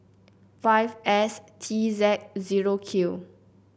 five S T Z zero Q